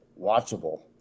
watchable